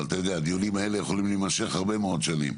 הדיונים האלה יכולים להימשך הרבה מאוד שנים.